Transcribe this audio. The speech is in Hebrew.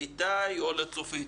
איתי או צופית.